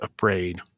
afraid